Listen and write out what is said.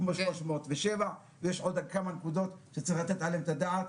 כמו 307. ויש עוד כמה נקודות שצריך לתת עליהן את הדעת,